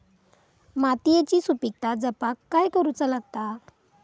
मातीयेची सुपीकता जपाक काय करूचा लागता?